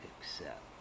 accept